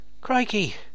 Crikey